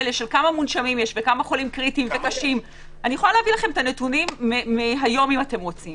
או אני אומר: אני מפחית תחלואה,